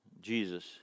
Jesus